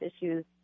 issues